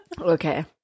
Okay